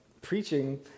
preaching